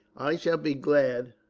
i shall be glad